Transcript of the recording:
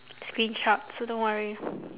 screenshot so don't worry